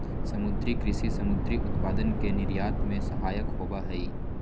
समुद्री कृषि समुद्री उत्पादन के निर्यात में सहायक होबा हई